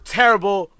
terrible